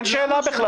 אין שאלה בכלל.